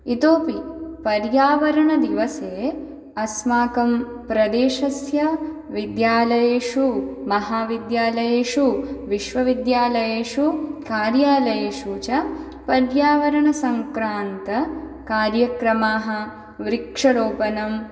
इतोऽपि पर्यावरणदिवसे अस्माकं प्रदेशस्य विद्यालयेषु महाविद्यालयेषु विश्वविद्यालयेषु कार्यालयेषु च पर्यावरणसङ्क्रान्तकार्यक्रमाः वृक्षरोपणं